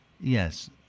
yes